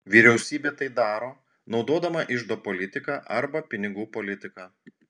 vyriausybė tai daro naudodama iždo politiką arba pinigų politiką